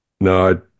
no